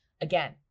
Again